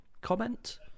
comment